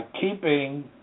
keeping